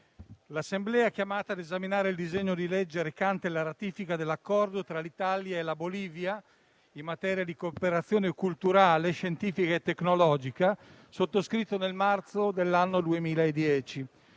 l'Assemblea è chiamata ad esaminare il disegno di legge recante la ratifica dell'Accordo tra l'Italia e la Bolivia in materia di cooperazione culturale, scientifica e tecnologica, sottoscritto nel marzo 2010.